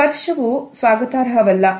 ಸ್ಪರ್ಶವು ಸ್ವಾಗತಾರ್ಹವಲ್ಲ